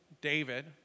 David